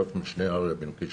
אלוף משנה אריה בן קיש.